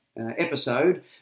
episode